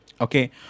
Okay